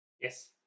Yes